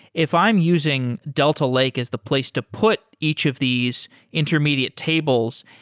if i'm using delta lake as the place to put each of these intermediate tables,